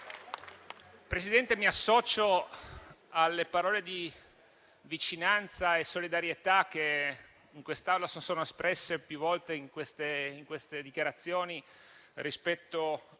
Presidente, mi associo alle parole di vicinanza e solidarietà che in quest'Aula sono state espresse più volte, nelle dichiarazioni rispetto ai